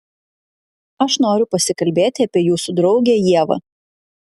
aš noriu pasikalbėti apie jūsų draugę ievą